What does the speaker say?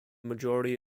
majority